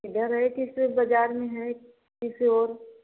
किधर है किस बाजार में है किस ओर